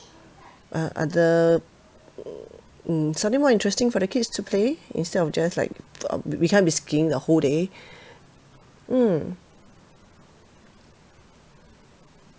uh other hmm something more interesting for the kids to play instead of just like um we can't be skiing the whole day mm